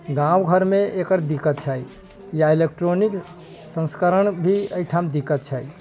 गाँव घरमे एकर दिक्कत छै या इलेक्ट्रॉनिक संस्करण भी एहिठाम दिक्कत छै